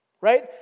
Right